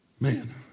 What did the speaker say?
Man